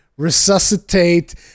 Resuscitate